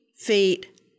feet